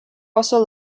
also